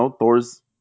Thor's